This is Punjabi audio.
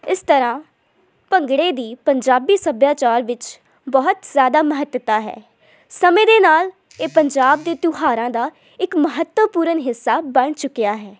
ਇਸ ਤਰਾਂ ਭੰਗੜੇ ਦੀ ਪੰਜਾਬੀ ਸੱਭਿਆਚਾਰ ਵਿੱਚ ਬਹੁਤ ਜ਼ਿਆਦਾ ਮਹੱਤਤਾ ਹੈ ਸਮੇਂ ਦੇ ਨਾਲ ਇਹ ਪੰਜਾਬ ਦੇ ਤਿਉਹਾਰਾਂ ਦਾ ਇੱਕ ਮਹੱਤਵਪੂਰਨ ਹਿੱਸਾ ਬਣ ਚੁੱਕਿਆ ਹੈ